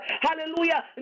hallelujah